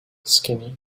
skinny